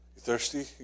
thirsty